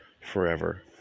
forever